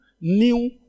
new